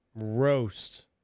roast